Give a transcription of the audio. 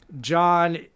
john